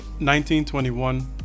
1921